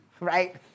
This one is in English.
right